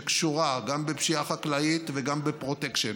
שקשורה גם בפשיעה חקלאית וגם בפרוטקשן,